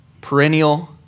perennial